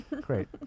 Great